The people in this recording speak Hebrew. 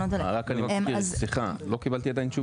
רק סליחה, לא קיבלתי עדיין תשובה.